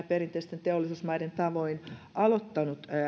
perinteisten teollisuusmaiden tavoin aloittanut